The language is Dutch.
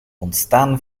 ontstaan